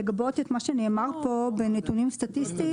לגבות את מה שנאמר פה בנתונים סטטיסטיים.